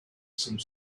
some